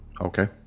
okay